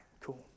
cool